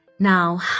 now